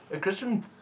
Christian